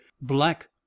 black